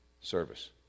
service